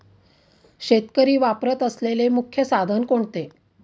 शेतकरी वापरत असलेले मुख्य साधन कोणते?